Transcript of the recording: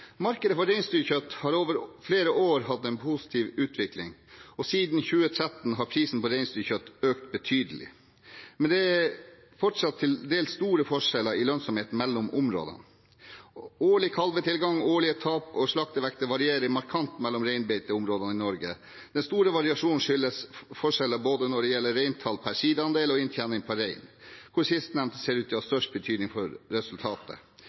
Markedet for reinsdyrkjøtt har over flere år hatt en positiv utvikling, og siden 2013 har prisen på reinsdyrkjøtt økt betydelig. Men det er fortsatt til dels store forskjeller i lønnsomhet mellom områdene. Årlig kalvetilgang, årlige tap og slaktevekt varierer markant mellom reinbeiteområdene i Norge. Den store variasjonen skyldes forskjeller både når det gjelder reintall per sidaandel og inntjening per rein, og sistnevnte ser ut til å ha størst betydning for resultatet.